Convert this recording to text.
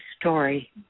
story